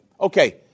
Okay